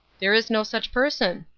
there is no such person.